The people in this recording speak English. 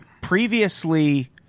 previously